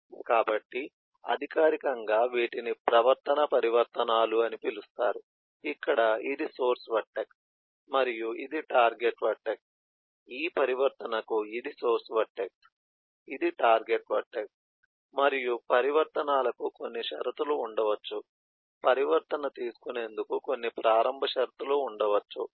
కాబట్టి అధికారికంగా వీటిని ప్రవర్తనా పరివర్తనాలు అని పిలుస్తారు ఇక్కడ ఇది సోర్స్ వర్టెక్స్ మరియు ఇది టార్గెట్ వర్టెక్స్ ఈ పరివర్తనకు ఇది సోర్స్ వర్టెక్స్ ఇది టార్గెట్ వర్టెక్స్ మరియు పరివర్తనాలకు కొన్ని షరతులు ఉండవచ్చు పరివర్తన తీసుకునేందుకు కొన్ని ప్రారంభ షరతులు ఉండవచ్చు